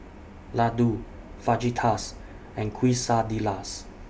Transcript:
Ladoo Fajitas and Quesadillas